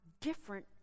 different